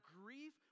grief